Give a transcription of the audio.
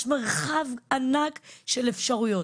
יש מרחב ענק של אפשרויות.